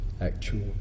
actual